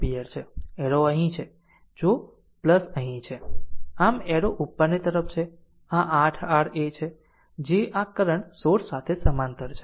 arrow અહીં છે જો અહીં છે આમ એરો ઉપરની તરફ છે આમ આ 8 r એ છે જે આ કરંટ સોર્સ સાથે સમાંતર છે